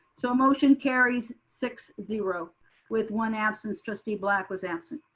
so a motion carries six zero with one absence. trustee black was absent.